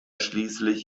schließlich